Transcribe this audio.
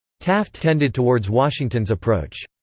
taft tended towards washington's approach.